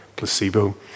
placebo